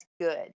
Good